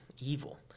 evil